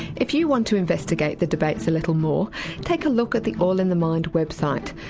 if you want to investigate the debates a little more take a look at the all in the mind website,